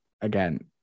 again